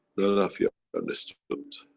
none of you have understood,